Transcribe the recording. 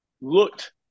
looked